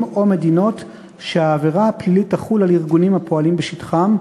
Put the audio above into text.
או מדינות שהעבירה הפלילית תחול על ארגונים הפועלים בשטחם,